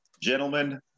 gentlemen